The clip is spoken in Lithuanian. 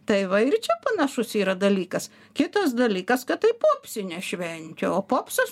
tai va ir čia panašus yra dalykas kitas dalykas kad tai popsė šventė o popsas